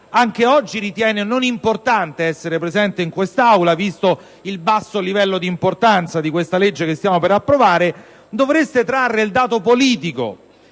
anche oggi ritiene non importante essere presente in quest'Aula, vista la scarsa rilevanza della legge che stiamo per approvare - dovreste trarre il dato politico